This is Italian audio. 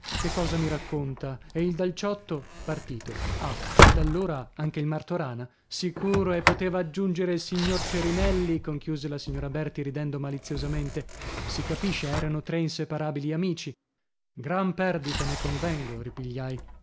che cosa mi racconta e il dal ciotto partito ah ed allora anche il martorana sicuro e poteva aggiungere il signor cerinelli conchiuse la signora berti ridendo maliziosamente si capisce erano tre inseparabili amici gran perdita ne convengo ripigliai